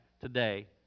today